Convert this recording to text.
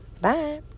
Bye